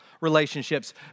relationships